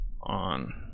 on